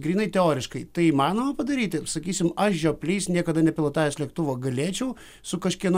grynai teoriškai tai įmanoma padaryti sakysim aš žioplys niekada nepilotavęs lėktuvo galėčiau su kažkieno